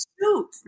Shoot